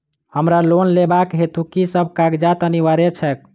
हमरा लोन लेबाक हेतु की सब कागजात अनिवार्य छैक?